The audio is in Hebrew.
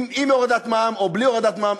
עם הורדת מע"מ או בלי הורדת מע"מ,